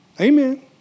Amen